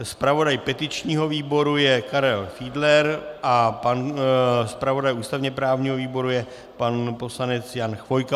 Zpravodajem petičního výboru je Karel Fiedler a zpravodajem ústavněprávního výboru je pan poslanec Jan Chvojka.